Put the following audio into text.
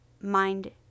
mind